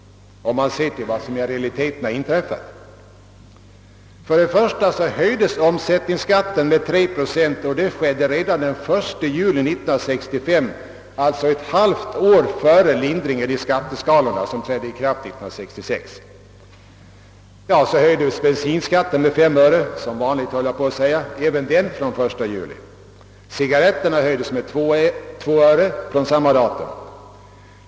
Om man ser till vad som i realiteten har inträffat kan man först konstatera att omsättningsskatten höjdes 3 procent redan den 1 juli 1965, alltså ett halvt år innan lindringen av skatteskalorna skulle träda i kraft. Sedan höjdes bensinskatten med 5 öre — jag höll på att säga som vanligt — även den från 1 juli. Cigaretterna höjdes med 2 öre från samma: datum.